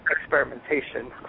experimentation